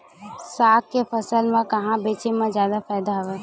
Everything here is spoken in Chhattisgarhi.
साग के फसल ल कहां बेचे म जादा फ़ायदा हवय?